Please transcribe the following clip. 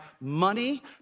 money